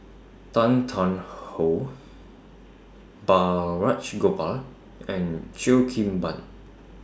Tan Tarn How Balraj Gopal and Cheo Kim Ban